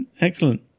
excellent